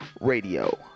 Radio